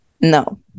No